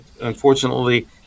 unfortunately